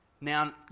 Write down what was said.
Now